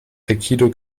aikido